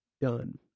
done